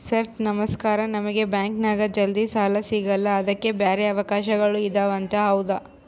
Sir ನಮಸ್ಕಾರ ನಮಗೆ ಬ್ಯಾಂಕಿನ್ಯಾಗ ಜಲ್ದಿ ಸಾಲ ಸಿಗಲ್ಲ ಅದಕ್ಕ ಬ್ಯಾರೆ ಅವಕಾಶಗಳು ಇದವಂತ ಹೌದಾ?